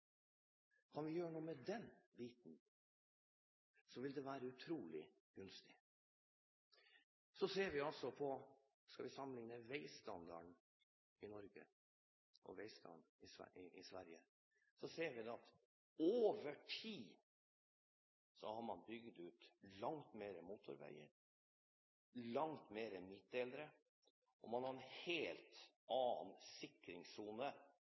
Kan vi gjøre noe med den biten, vil det være utrolig gunstig. Hvis vi sammenligner veistandarden i Norge og veistandarden i Sverige, ser vi at man i Sverige over tid har bygget ut langt flere motorveier, langt flere midtdelere, og man har en helt annen sikringssone